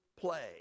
play